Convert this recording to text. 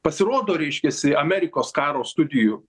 pasirodo reiškiasi amerikos karo studijų